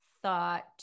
thought